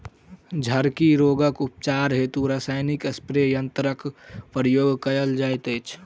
झड़की रोगक उपचार हेतु रसायनिक स्प्रे यन्त्रकक प्रयोग कयल जाइत अछि